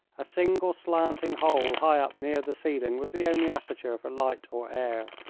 a single slanting hole high up near the ceiling was the only aperture for light or air.